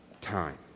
time